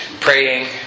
praying